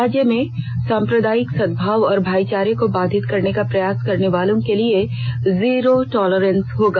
राज्य में सांप्रदायिक सदभाव और भाईचारे को बाधित करने का प्रयास करने वाले के लिए जीरो टॉलरेंस होगा